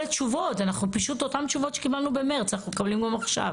נזמן עוד פעם דיון ונבקש שהשר יגיע ויענה